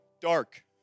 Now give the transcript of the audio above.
Dark